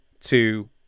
two